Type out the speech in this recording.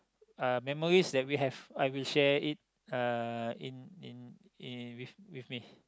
uh memories that we have I will share it uh in in in with with me